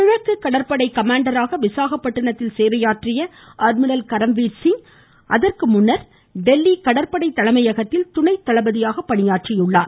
கிழக்கு கடற்படை கமாண்டராக விசாகப் பட்டிணத்தில் சேவையாற்றிய அட்மிரல் கரம்வீர் சிங் அதற்குமுன்பு டெல்லி கடற்படை தலைமையகத்தில் துணைத்தளபதியாக பணியாற்றி உள்ளார்